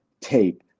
tape